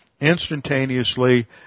instantaneously